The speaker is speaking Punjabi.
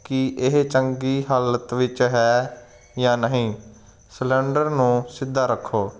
ਕੀ ਇਹ ਚੰਗੀ ਹਾਲਤ ਵਿੱਚ ਹੈ ਜਾਂ ਨਹੀਂ ਸਿਲੰਡਰ ਨੂੰ ਸਿੱਧਾ ਰੱਖੋ